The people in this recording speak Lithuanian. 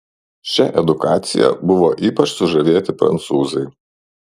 šia edukacija buvo ypač sužavėti prancūzai